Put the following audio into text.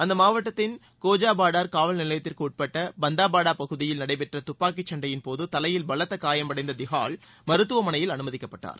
அந்த மாவட்டத்தின் கோஜாபாடார் காவல் நிலையத்திற்குட்பட்ட பந்தாபாடா பகுதியில் நடைபெற்ற துப்பாக்கிச் சண்டையின்போது தலையில் காயமடைந்த பலத்த திகால் மருத்துவமனையில் அனுமதிக்கப்பட்டார்